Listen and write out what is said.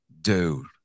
dude